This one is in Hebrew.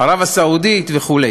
ערב-הסעודית וכו'.